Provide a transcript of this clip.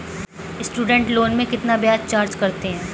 Student loan में कितना ब्याज चार्ज करते हैं?